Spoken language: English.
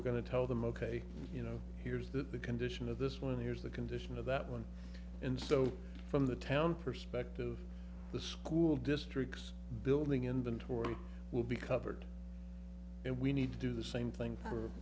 are going to tell them ok you know here's that the condition of this one here's the condition of that one and so from the town perspective the school districts building inventory will be covered and we need to do the same thing for